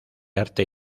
arte